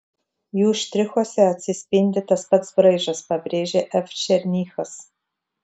jų štrichuose atsispindi tas pats braižas pabrėžė f černychas